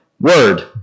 word